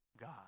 God